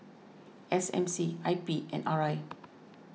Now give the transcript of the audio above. S M C I P and R I